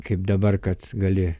kaip dabar kad gali